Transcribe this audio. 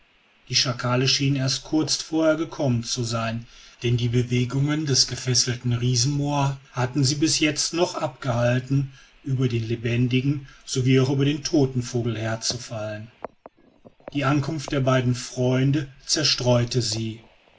die schakale schienen erst kurz vorher gekommen zu sein denn die bewegungen des gefesselten riesenmoa hatten sie bis jetzt noch abgehalten über den lebendigen sowie auch über den toten vogel herzufallen die ankunft der beiden freunde zerstreute sie